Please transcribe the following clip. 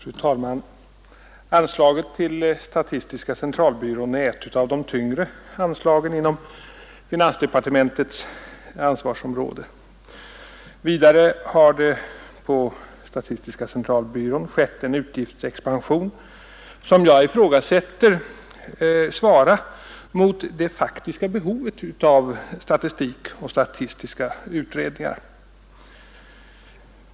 Fru talman! Anslaget till statistiska centralbyrån är ett av de tyngre anslagen inom finansdepartementets ansvarsområde. Vidare har det på statistiska centralbyrån skett en utgiftsexpansion som jag ifrågasätter svarar mot det faktiska behovet av statistik och statistiska utredningar.